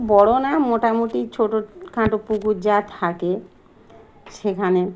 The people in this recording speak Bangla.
বড়ো না মোটামুটি ছোটো খাঁটো পুকুর যা থাকে সেখানে